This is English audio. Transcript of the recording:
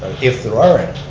if there are any.